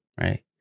right